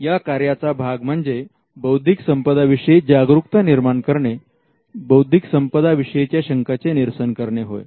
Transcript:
या कार्याचा भाग म्हणजे बौद्धिक संपदा विषयी जागरूकता निर्माण करणे बौद्धिक संपदा विषयी च्या शंकांचे निरसन करणे होय